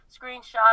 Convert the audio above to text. screenshot